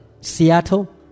Seattle